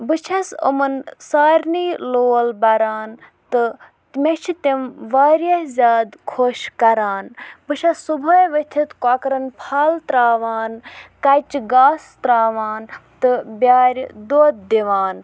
بہٕ چھس یِمَن سارنٕے لول بَران تہٕ مےٚ چھِ تِم واریاہ زیادٕ خۄش کَران بہٕ چھس صُبحٲے ؤتِتھ کۄکرَن پھَل ترٛاوان کَچہِ گاسہٕ ترٛاوان تہٕ بیٛارِ دۄد دِوان